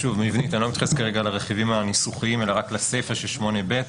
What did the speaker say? אני לא מתייחס כרגע לרכיבים הניסוחיים אלא רק לסיפה של 8(ב).